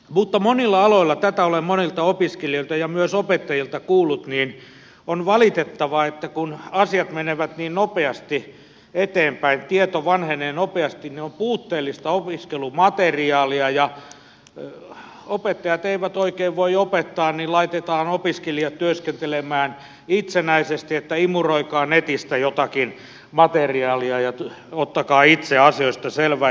mutta monilla aloilla tätä olen monilta opiskelijoilta ja myös opettajilta kuullut on valitettavaa kun asiat menevät niin nopeasti eteenpäin tieto vanhenee nopeasti on puutteellista opiskelumateriaalia ja opettajat eivät oikein voi opettaa että laitetaan opiskelijat työskentelemään itsenäisesti että imuroikaa netistä jotakin materiaalia ja ottakaa itse asioista selvää